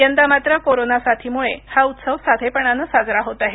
यंदा मात्र कोरोना साथीमुळे हा उत्सव साधेपणाने साजरा होत आहे